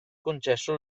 concesso